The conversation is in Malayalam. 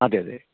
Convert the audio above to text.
അതേ അതേ